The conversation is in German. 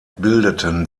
bildeten